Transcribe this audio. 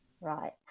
Right